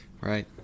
right